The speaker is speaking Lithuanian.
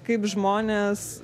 kaip žmonės